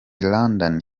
london